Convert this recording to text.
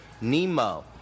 Nemo